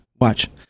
watch